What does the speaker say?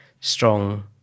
strong